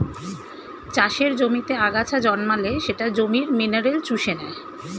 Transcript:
চাষের জমিতে আগাছা জন্মালে সেটা জমির মিনারেল চুষে নেয়